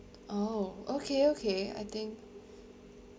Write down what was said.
oh okay okay I think